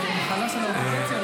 זו מחלה של האופוזיציה?